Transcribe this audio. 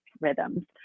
rhythms